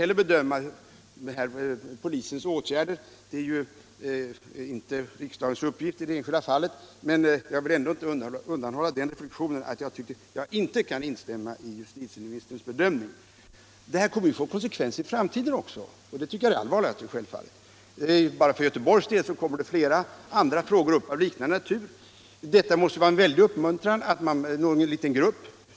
Det är visserligen inte riksdagens uppgift att bedöma polisens åtgärder i det enskilda fallet, men jag vill ändå inte undanhålla den reflexionen att jag inte kan instämma i justitieministerns positiva uttalande. Det inträffade kan få konsekvenser för framtiden, vilket egentligen är det allvarligaste. Bara i Göteborg blir flera liknande frågor aktuella, t.ex. Hagaområdets sanering, där det finns rakt motsatta politiska intressen.